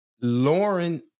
Lauren